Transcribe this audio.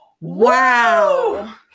Wow